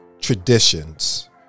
traditions